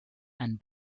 and